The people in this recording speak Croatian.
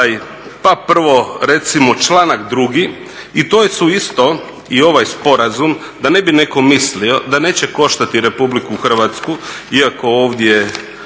Pa prvo recimo članak 2. i to su isto, i ovaj sporazum da ne bi neko mislio da neće koštati RH iako ovdje